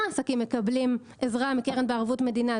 עסקים מקבלים עזרה מהקרן בערבות מדינה?